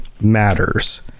matters